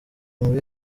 muri